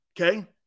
Okay